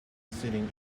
sitting